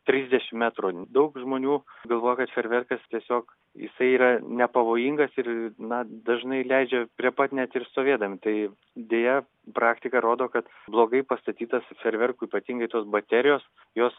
trisdešim metrų daug žmonių galvoja kad fejerverkas tiesiog jisai yra nepavojingas ir na dažnai leidžia prie pat net ir stovėdami tai deja praktika rodo kad blogai pastatytas fejerverkų ypatingai tos baterijos jos